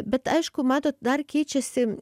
bet aišku matot dar keičiasi